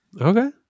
Okay